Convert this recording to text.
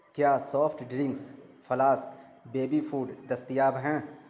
کیا soft drinks flask baby food دستیاب ہیں